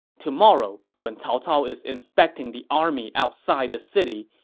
tomorrow, when cao cao is inspecting the army outside the city,